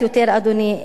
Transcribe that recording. אדוני השר,